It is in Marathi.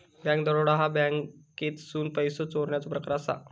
बँक दरोडा ह्या बँकेतसून पैसो चोरण्याचो प्रकार असा